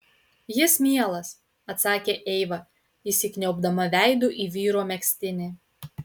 jis mielas atsakė eiva įsikniaubdama veidu į vyro megztinį